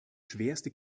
schwerste